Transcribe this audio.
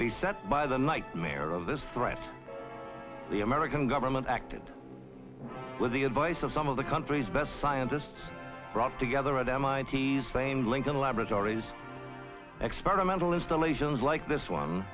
base set by the nightmare of this threat the american government acted with the advice of some of the country's best scientists brought together at mit's same lincoln laboratories experimental installations like this one